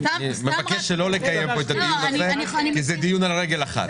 אני מבקש שלא לקיים פה את הדיון הזה כי זה דיון על רגל אחת.